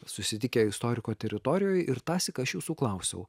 susitikę istoriko teritorijoj ir tąsyk aš jūsų klausiau